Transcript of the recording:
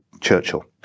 Churchill